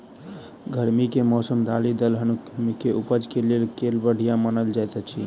गर्मी केँ मौसम दालि दलहन केँ उपज केँ लेल केल बढ़िया मानल जाइत अछि?